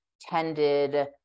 tended